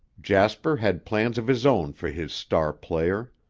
jasper had plans of his own for his star player.